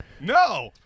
no